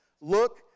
Look